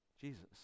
jesus